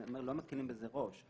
אנחנו לא מקלים בזה ראש.